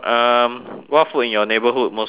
what food in your neighborhood most famous for